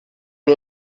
wir